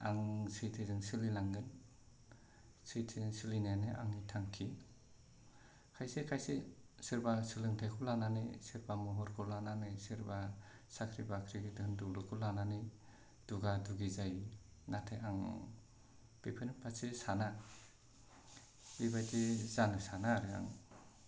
आं सैथोजों सोलिलांगोन सैथोजों सोलिनायानो आंनि थांखि खायसे खायसे सोरबा सोलोंथाइखौ लानानै सोरबा महरखौ लानानै सोरबा साख्रि बाख्रि धोन दौलतखौ लानानै दुगा दुगि जायो नाथाय आं बेफोरनि फारसे साना बेबायदि जानो साना आरो आं